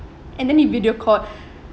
and then he video called